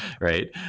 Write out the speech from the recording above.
right